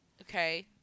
okay